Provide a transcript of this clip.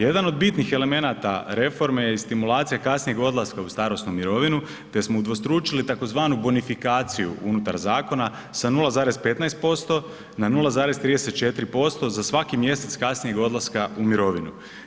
Jedan od bitnih elemenata reforme je stimulacija kasnijeg odlaska u starosnu mirovinu te smo udvostručili tzv. bonifikaciju unutar zakona sa 0,15% na 0,34% za svaki mjesec kasnijeg odlaska u mirovinu.